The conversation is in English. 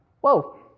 Whoa